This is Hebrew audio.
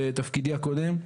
בתפקידי הקודם,